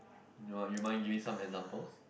no ah you mind giving some examples